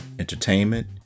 entertainment